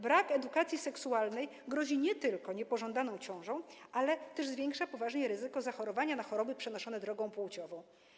Brak edukacji seksualnej grozi nie tylko niepożądaną ciążą, ale też poważnie zwiększa ryzyko zachorowania na choroby przenoszone drogą płciową.